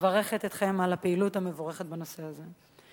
ומברכת אתכם על הפעילות המבורכת בנושא הזה.